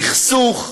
סכסוך,